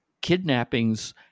kidnappings